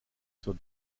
zur